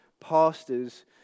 pastors